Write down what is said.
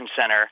center